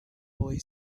boy